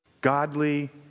godly